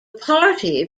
party